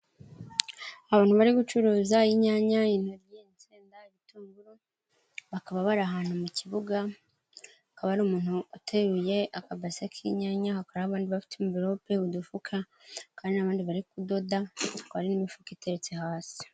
Abantu bari gucuruza inyanya, intoryi, itsenda, ibitunguru. Bakaba bari ahantu mu kibuga, hakaba ari umuntu uteruye akabase k'inyanya. hakaba hari n'abandi bafite anverope, udufuka, hakaba hari nabandi bari kudoda, hakaba hari n'imifuka iteretse hasi.